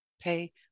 pay